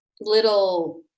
little